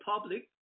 public